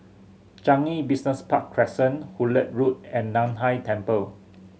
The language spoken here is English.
Changi Business Park Crescent Hullet Road and Nan Hai Temple